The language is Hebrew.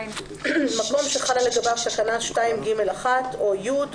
(2)מקום שחלה לגביו תקנה 2(ג)(1) או (י),